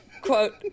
quote